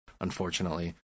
unfortunately